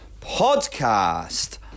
podcast